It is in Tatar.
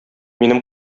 минем